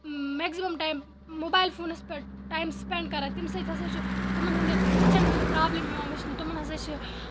maximum time mobile فونَس پٮ۪ٹھ time spend کَران تَمہِ سۭتۍ ہَسا چھِ تُمَن ہٕندٮ۪ن أچھَن ہٕندۍ پرابلِم یِوان وٕچھنہٕ تِمَن ہَسا چھِ